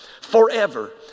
forever